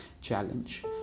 challenge